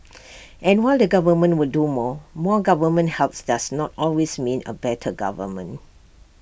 and while the government will do more more government help does not always mean A better government